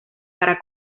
para